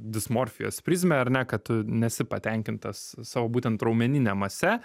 dismorfijos prizme ar ne kad tu nesi patenkintas savo būtent raumenine mase